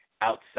outside